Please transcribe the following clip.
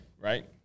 right